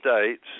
states